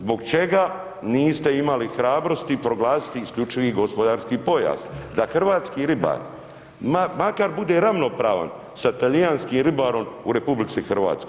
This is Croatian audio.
Zbog čega niste imali hrabrosti proglasiti isključivi gospodarski pojas, da hrvatski ribar makar bude ravnopravan sa talijanskim ribarom u RH.